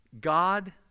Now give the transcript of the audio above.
God